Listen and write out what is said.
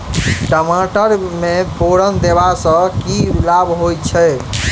टमाटर मे बोरन देबा सँ की लाभ होइ छैय?